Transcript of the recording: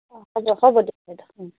অঁ হ'ব হ'ব দিয়ক বাইদেউ